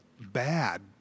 bad